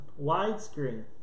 widescreen